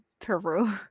Peru